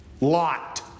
Lot